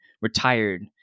retired